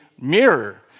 mirror